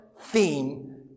theme